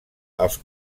els